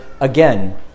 again